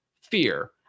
fear